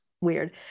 weird